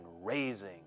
raising